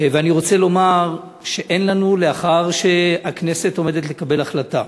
ואני רוצה לומר שלאחר שהכנסת עומדת לקבל החלטה